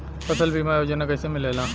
फसल बीमा योजना कैसे मिलेला?